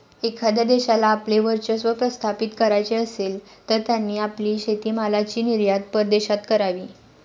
एखाद्या देशाला आपले वर्चस्व प्रस्थापित करायचे असेल, तर त्यांनी आपली शेतीमालाची निर्यात परदेशात करावी